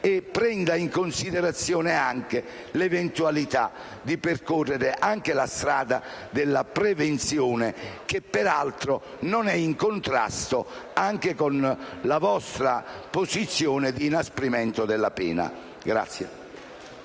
e prenda in considerazione l'eventualità di percorrere anche la strada della prevenzione, che peraltro non è in contrasto anche con la vostra posizione di inasprimento della pena.